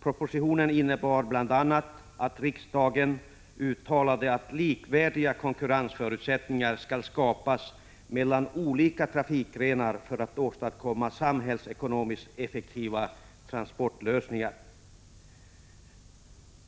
Propositionen innebar bl.a. att riksdagen uttalade att likvärdiga konkurrensförutsättningar skall skapas mellan olika trafikgrenar för att åstadkomma samhällsekonomiskt effektiva transportlösningar.